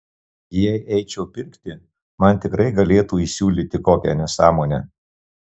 jei eičiau pirkti man tikrai galėtų įsiūlyti kokią nesąmonę